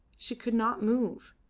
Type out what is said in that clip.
she could not move.